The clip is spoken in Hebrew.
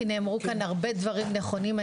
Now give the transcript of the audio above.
כי נאמרו כאן הרבה דברים נכונים.